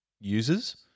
users